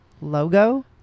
logo